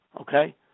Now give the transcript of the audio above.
Okay